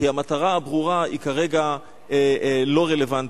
כי המטרה הברורה היא כרגע לא רלוונטית.